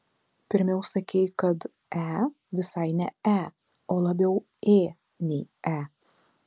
pirmiau sakei kad e visai ne e o labiau ė nei e